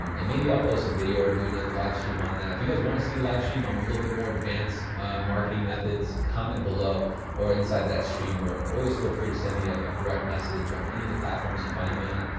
um and maybe i'll post a video or do another live stream on that. if you guys want to see a live stream, um a little bit more advanced marketing methods, comment below or inside that stream or always feel free to send me a a direct message on any of the platforms you find me on,